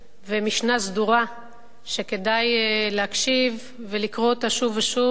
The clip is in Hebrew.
ומשנה סדורה שכדאי להקשיב ולקרוא אותה שוב ושוב,